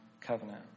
covenant